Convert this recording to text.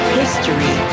history